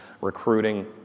recruiting